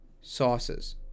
sauces